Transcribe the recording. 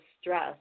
stress